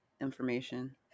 information